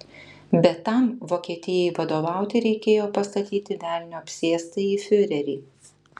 bet tam vokietijai vadovauti reikėjo pastatyti velnio apsėstąjį fiurerį